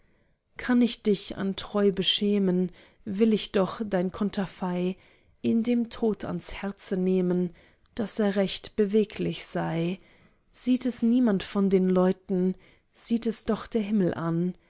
kann ich dich an treu beschämen will ich noch dein konterfei in dem tod ans herze nehmen daß er recht beweglich sei sieht es niemand von den leuten sieht es doch der himmel an